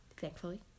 thankfully